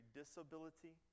disability